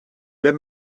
lait